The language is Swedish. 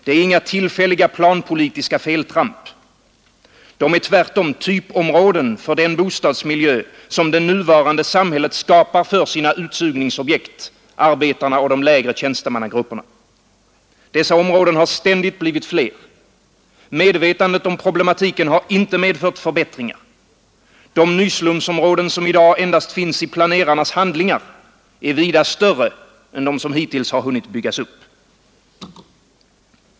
De är inga tillfälliga planpolitiska feltramp. De är tvärtom typområden för den bostadsmiljö som det nuvarande samhället skapar för sina utsugningsobjekt, arbetarna och de lägre tjänstemannagrupperna. Dessa områden har ständigt blivit fler. Medvetandet om problematiken har inte medfört förbättringar. De nyslumsområden som i dag endast finns i planerarnas handlingar är vida större än de som hittills har hunnit byggas upp.